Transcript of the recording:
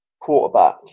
quarterback